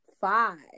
five